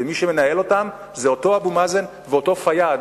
ומי שמנהלים אותו זה אותו אבו מאזן ואותו פיאד,